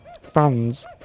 fans